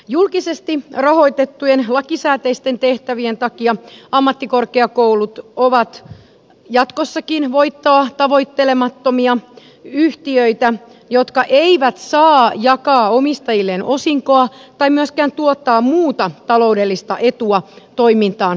julkisesti rahoitettujen lakisääteisten tehtä vien takia ammattikorkeakoulut ovat jatkossakin voittoa tavoittelemattomia yhtiöitä jotka eivät saa jakaa omistajilleen osinkoa tai myöskään tuottaa muuta taloudellista etua toimintaan osallistuville